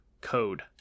code